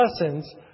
lessons